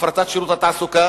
הפרטת שירות התעסוקה,